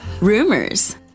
rumors